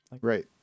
Right